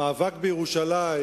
המאבק בירושלים,